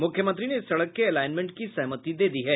मुख्यमंत्री ने इस सड़क के एलायमेंट की सहमति दे दी है